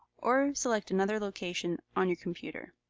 or select another location on your computer.